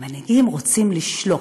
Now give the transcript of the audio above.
המנהיגים רוצים לשלוט.